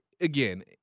again